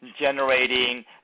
generating